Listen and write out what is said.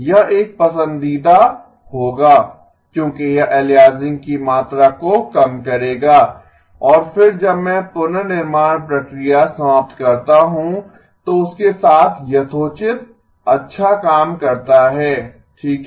यह एक पसंदीदा होगा क्योंकि यह एलियासिंग की मात्रा को कम करेगा और फिर जब मैं पुनर्निर्माण प्रक्रिया समाप्त करता हूं तो उसके साथ यथोचित अच्छा काम करता है ठीक है